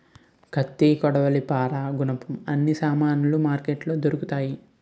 కత్తి కొడవలి పారా గునపం అన్ని సామానులు మార్కెట్లో దొరుకుతాయి